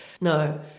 No